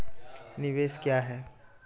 निवेश क्या है?